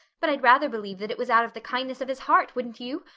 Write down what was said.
but i'd rather believe that it was out of the kindness of his heart, wouldn't you?